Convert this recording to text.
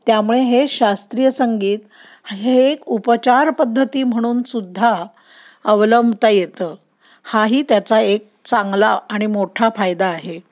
त्यामुळे हे शास्त्रीय संगीत हे एक उपचार पद्धती म्हणूनसुद्धा अवलंबता येतं हाही त्याचा एक चांगला आणि मोठा फायदा आहे